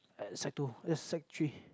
at sec-two that's sec-three